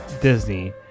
Disney